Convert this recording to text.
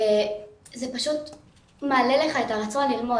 וזה פשוט מעלה לך את הרצון ללמוד,